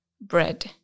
bread